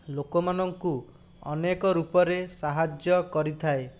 ଲୋକମାନଙ୍କୁ ଅନେକ ରୂପରେ ସାହାଯ୍ୟ କରିଥାଏ